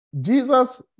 Jesus